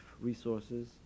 resources